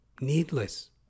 Needless